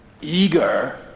eager